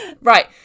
Right